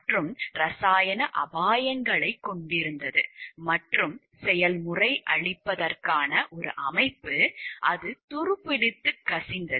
மற்றும் இரசாயன அபாயங்களைக் கொண்டிருக்கும் மற்றும் செயல்முறையளிப்பதற்கான ஒரு அமைப்பு அது துருப்பிடித்து கசிந்தது